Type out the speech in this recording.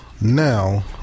now